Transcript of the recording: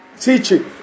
teaching